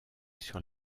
sur